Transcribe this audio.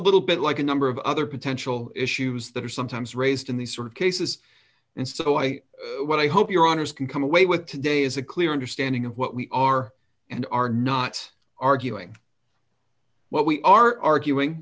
little bit like a number of other potential issues that are sometimes raised in these sort of cases and so i what i hope your honour's can come away with today is a clear understanding of what we are and are not arguing what we are arguing